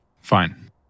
Fine